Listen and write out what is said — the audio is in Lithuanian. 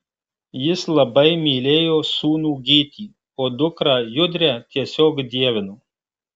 jis labai mylėjo sūnų gytį o dukrą judrę tiesiog dievino